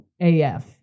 AF